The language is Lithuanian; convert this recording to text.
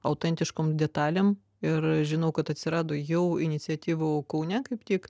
autentiškom detalėm ir žinau kad atsirado jau iniciatyvų kaune kaip tik